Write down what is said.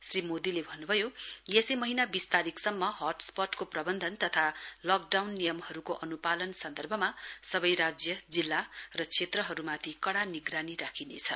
श्री मोदीले भन्नुभयो यसै महीना वीस तारीकसम्म हटस्पटको प्रवन्धन तथा लकडाउन नियमहरुको अनुपालन सन्दर्भमा सवै राज्य जिल्ला र क्षेत्रहरुमाथि कड़ा निगरानी राखिनेछ